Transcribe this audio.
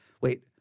Wait